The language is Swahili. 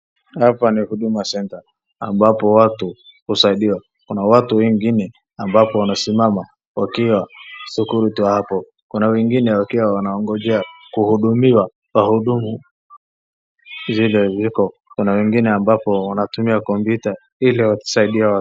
Hapa ni Huduma Centre ambapo watu husaidiwa. Kuna watu wengine ambapo wanasimama wakiwa security wa hapo. Kuna wengine wakiwa wanagonjea kuhudumiwa kwa hudumu zile ziko. Kuna wengine ambapo wanatumia kompyuta ili wasaidie watu.